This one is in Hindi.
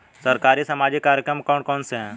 सरकारी सामाजिक कार्यक्रम कौन कौन से हैं?